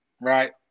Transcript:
Right